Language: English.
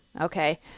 okay